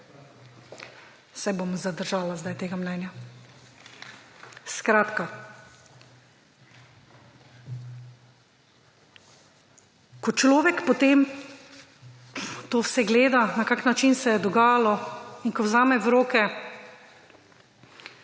se bom zadržala zdaj tega mnenja. Skratka, ko človek potem to vse gleda, na kak način se je dogajalo, in ko vzame v roke